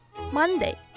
Monday